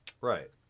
Right